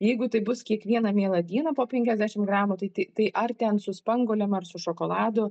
jeigu tai bus kiekvieną mielą dieną po penkiasdešim gramų tai tai ar ten su spanguolėm ar su šokoladu